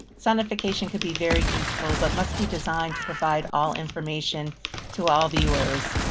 sonification could be very useful but must be designed to provide all information to all viewers.